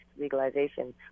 legalization